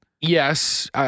Yes